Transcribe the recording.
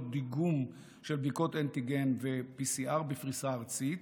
דיגום של בדיקות אנטיגן ו-PCR בפריסה ארצית,